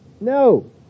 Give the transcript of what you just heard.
No